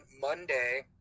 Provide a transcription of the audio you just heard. Monday